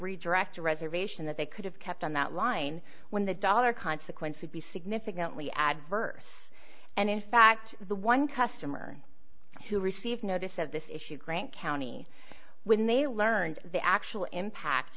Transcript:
redirect a reservation that they could have kept on that line when the dollar consequences be significantly adverse and in fact the one customer who received notice of this issue grant county when they learned the actual impact